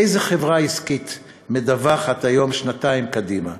איזו חברה עסקית מדווחת היום שנתיים קדימה?